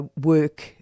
Work